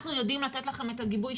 אנחנו יודעים לתת לכם את הגיבוי שצריך.